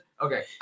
okay